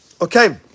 Okay